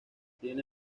tiene